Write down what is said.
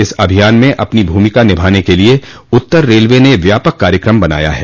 इस अभियान में अपनी भूमिका निभाने के लिये उत्तर रेलवे ने व्यापक कार्यक्रम बनाया है